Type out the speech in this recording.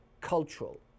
cultural